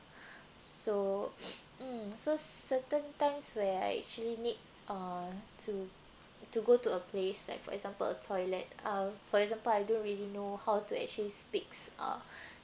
so mm so certain times where I actually need uh to to go to a place like for example a toilet uh for example I don't really know how to actually speaks uh